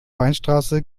weinstraße